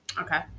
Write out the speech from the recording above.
Okay